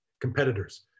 competitors